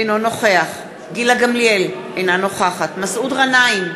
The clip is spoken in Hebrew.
אינו נוכח גילה גמליאל, אינה נוכחת מסעוד גנאים,